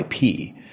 IP